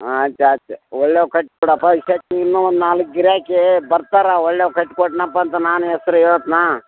ಹಾಂ ಆಯ್ತು ಆಯ್ತು ಒಳ್ಳೆಯ ಹೂವು ಕಟ್ಟಿ ಬಿಡಪ್ಪ ಕಟ್ಟಿ ಇನ್ನೂ ಒಂದು ನಾಲ್ಕು ಗಿರಾಕಿ ಬರ್ತಾರೆ ಒಳ್ಳೆಯ ಹೂವು ಕಟ್ಟಿಕೊಡ್ನಪ್ಪ ಅಂತ ನಾನು ಹೆಸ್ರ್ ಹೇಳ್ತ್ನಾ